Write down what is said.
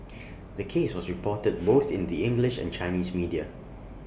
the case was reported both in the English and Chinese media